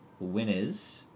Winners